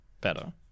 better